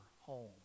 home